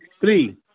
Three